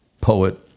poet